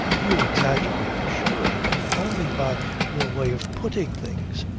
you exaggerate surely if only by your way of putting things.